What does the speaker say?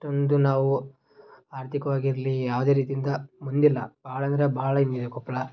ಅಷ್ಟೊಂದು ನಾವು ಆರ್ಥಿಕವಾಗಿರಲಿ ಯಾವುದೇ ರೀತಿಯಿಂದ ಮುಂದಿಲ್ಲ ಭಾಳ ಅಂದರೆ ಭಾಳ ಹಿಂದಿದೆ ಕೊಪ್ಪಳ